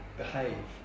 behave